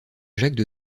jacques